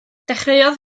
dechreuodd